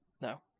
No